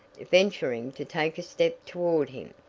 venturing to take a step toward him.